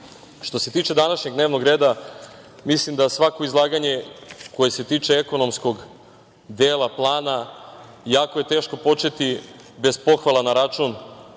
se tiče današnjeg dnevnog reda, mislim da svako izlaganje koje se tiče ekonomskog dela plana jako je teško počet bez pohvala na račun